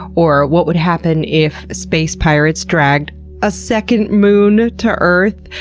or what would happen if space pirates dragged a second moon to earth,